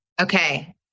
Okay